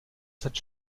cette